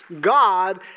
God